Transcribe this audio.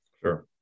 Sure